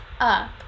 up